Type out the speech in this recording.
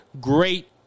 Great